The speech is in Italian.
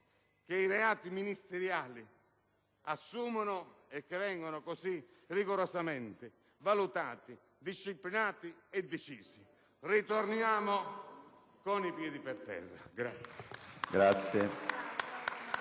che i reati ministeriali assumono e che li porta ad essere così rigorosamente valutati, disciplinati e decisi! Ritorniamo con i piedi per terra.